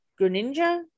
Greninja